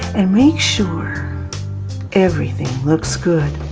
and make sure everything looks good.